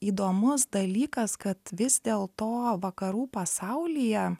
įdomus dalykas kad vis dėl to vakarų pasaulyje